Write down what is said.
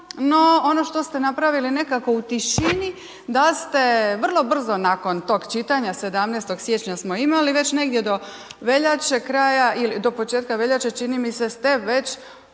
ono što ste napravili nekako u tišini, da ste vrlo brzo nakon tog čitanja 17. siječnja smo imali, već negdje do veljače kraja ili do početka veljače čini mi se ste već